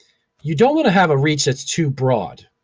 you don't wanna have a reach that's too broad.